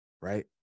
right